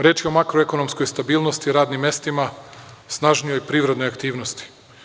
Reč je o makroekonomskoj stabilnosti, radnim mestima, snažnijoj privrednoj aktivnosti.